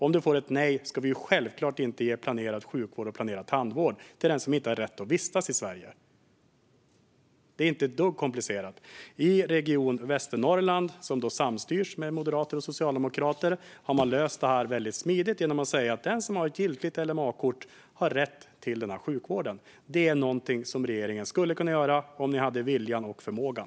Om det är ett nej ska vi självfallet inte ge planerad sjukvård eller tandvård till den som inte har rätt att vistas i Sverige. Det är inte ett dugg komplicerat. Region Västernorrland, som samstyrs av moderater och socialdemokrater, har löst detta väldigt smidigt genom att säga att den som har ett giltigt LMA-kort har rätt till sjukvård. Detta är något som regeringen skulle kunna göra om den hade viljan och förmågan.